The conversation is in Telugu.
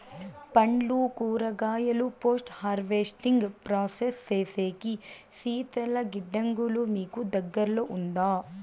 పండ్లు కూరగాయలు పోస్ట్ హార్వెస్టింగ్ ప్రాసెస్ సేసేకి శీతల గిడ్డంగులు మీకు దగ్గర్లో ఉందా?